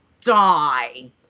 die